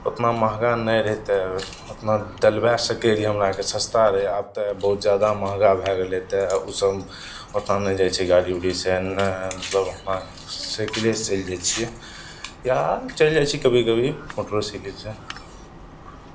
उतना महँगा नहि रहै तऽ उतना डलवाय सकैत रहियै हमरा आरके सस्ता रहै आब तऽ बहुत ज्यादा महँगा भए गेलै तऽ ओसभ ओतना नहि जाइ छियै गाड़ी उड़ीसँ ने मतलब हमआर साइकिलेसँ चलि जाइ छियै या चलि जाइ छियै कभी कभी मोटरोसाइकिलसँ